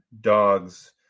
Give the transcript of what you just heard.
dogs